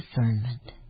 discernment